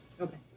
okay